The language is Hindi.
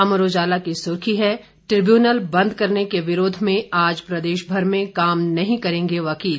अमर उजाली है ट्रिब्यूनल बंद करने के विरोध में आज प्रदेशभर में काम नहीं करेंगे वकील